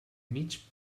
mig